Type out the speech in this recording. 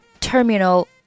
terminal